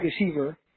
receiver